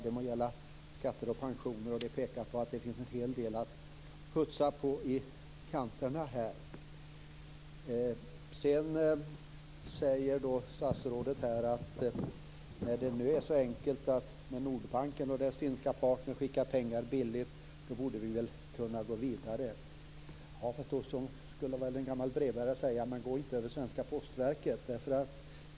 Det må gälla skatter eller pensioner. Han pekade på att det finns en hel del att putsa på i kanterna. Statstrådet säger att när det nu är så enkelt att med Nordbanken och dess finska partner skicka pengar billigt borde vi väl kunna gå vidare. Så skulle väl en gammal brevbärare säga. Men gå inte över svenska postverket.